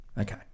Okay